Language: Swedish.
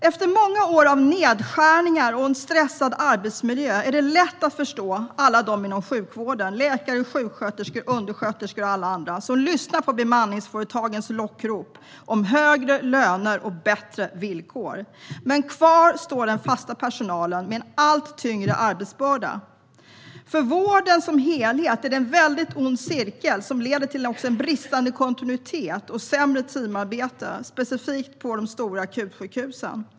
Efter många år av nedskärningar och en stressad arbetsmiljö är det lätt att förstå alla dem inom sjukvården - läkare, sjuksköterskor, undersköterskor med flera - som lyssnar på bemanningsföretagens lockrop om högre löner och bättre villkor. Kvar står dock den fasta personalen med en allt tyngre arbetsbörda. För vården som helhet utgör detta en ond cirkel som leder till bristande kontinuitet och sämre teamarbete, specifikt på de stora akutsjukhusen.